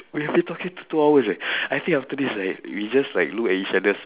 we have been talking two two hours leh I think after this like we just like look at each other